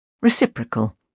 Reciprocal